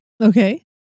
Okay